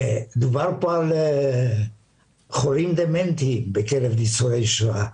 דובר פה גם על חולים דמנטיים בקרב ניצולי שואה.